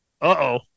Uh-oh